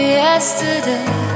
yesterday